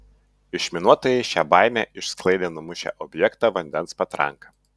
išminuotojai šią baimę išsklaidė numušę objektą vandens patranka